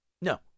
No